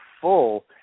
full